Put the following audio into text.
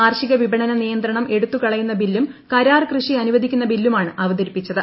കാർഷിക വിപണന നിയന്ത്രണം എടുത്തുകളയുന്ന ബില്ലും കരാർ കൃഷി അനുവദിക്കുന്ന ബില്ലുമാണ് അവതരിപ്പിച്ചത്